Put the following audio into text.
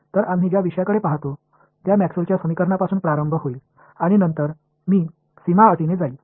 तर आम्ही ज्या विषयांकडे पहातो त्या मॅक्सवेलच्या समीकरणांपासून प्रारंभ होईल आणि नंतर मी सीमा अटींकडे जाईल